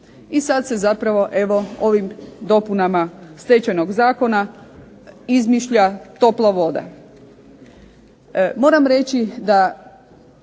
I sad se zapravo evo ovim dopunama Stečajnog zakona izmišlja topla voda.